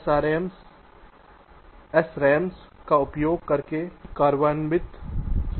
LUTs SRAMs का उपयोग करके कार्यान्वित किए जाते हैं